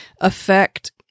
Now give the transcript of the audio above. affect